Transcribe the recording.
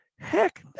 Heck